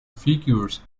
figures